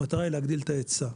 המטרה היא להגדיל את ההיצע.